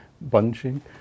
bunching